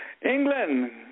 England